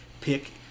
pick